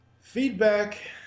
Feedback